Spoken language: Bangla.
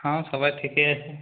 হ্যাঁ সবাই ঠিকই আছি